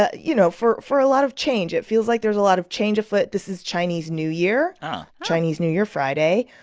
ah you know, for for a lot of change. it feels like there's a lot of change afoot. this is chinese new year oh oh chinese new year friday.